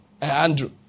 Andrew